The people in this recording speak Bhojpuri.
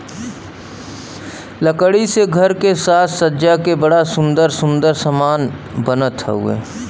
लकड़ी से घर के साज सज्जा के बड़ा सुंदर सुंदर समान बनत हउवे